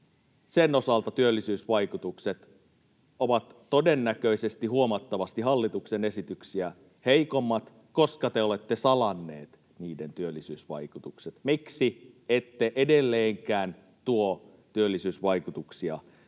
työllisyysvaikutukset ovat todennäköisesti huomattavasti hallituksen esityksiä heikommat, koska te olette salanneet niiden työllisyysvaikutukset. Miksi ette edelleenkään tuo työllisyysvaikutuksia